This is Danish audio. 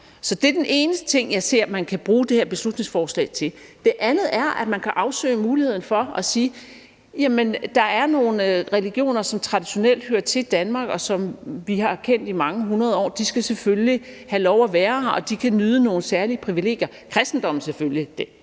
Så det er den ene ting, jeg ser man kan bruge det her beslutningsforslag til. Den anden er, at man kan afsøge muligheden for at sige, at der er nogle religioner, som traditionelt hører til i Danmark, og som vi har kendt i mange hundrede år. De skal selvfølgelig have lov at være her, og de kan nyde nogle særlige privilegier: selvfølgelig